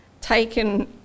taken